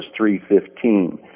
3.15